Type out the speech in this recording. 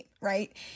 right